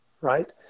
right